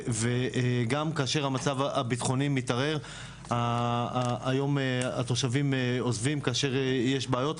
וגם כאשר המצב הבטחוני מתערער היום התושבים עוזבים כאשר יש בעיות,